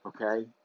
okay